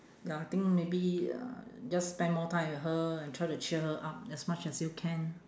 ya I think maybe uh just spend more time with her and try to cheer her up as much as you can